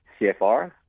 CFR